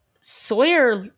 Sawyer